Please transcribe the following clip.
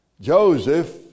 Joseph